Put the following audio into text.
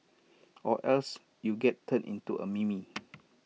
or else you get turned into A meme